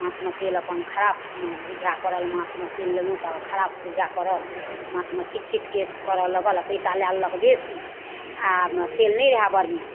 माथमे तेल अपन खराब बुझै पड़ल माथमे तेल लेलहुॅं तऽ खराब बुझै पड़ल माथमे चिटचिट केस करऽ लगल आ पइसा लै लेलक बेसी आ तेल नहि रहै बढ़िआँ